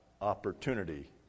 opportunity